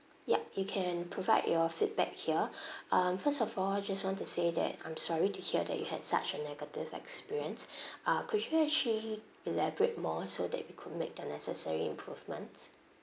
ya you can provide your feedback here um first of all I just want to say that I'm sorry to hear that you had such a negative experience ah could you actually elaborate more so that we could make the necessary improvements